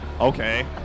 Okay